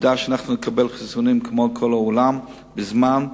עובדה שאנחנו נקבל חיסונים כמו כל העולם, בזמן,